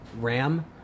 Ram